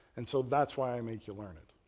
and so that's why i make you learn it,